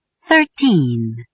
Thirteen